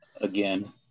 again